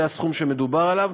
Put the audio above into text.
זה הסכום שמדובר בו,